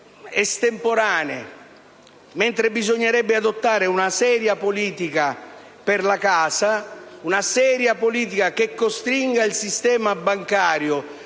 estemporanee, mentre bisognerebbe adottare una seria politica per la casa, che costringa il sistema bancario